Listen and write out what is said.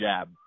jab